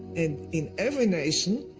and in every nation,